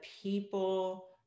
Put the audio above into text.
people